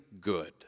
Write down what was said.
good